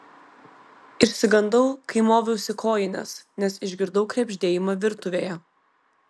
išsigandau kai moviausi kojines nes išgirdau krebždėjimą virtuvėje